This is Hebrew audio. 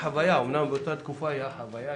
אומנם באותה תקופה הייתה חוויה,